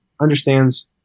understands